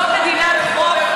זאת מדינת חוק.